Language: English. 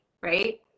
right